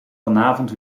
vanavond